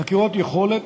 חקירות יכולת,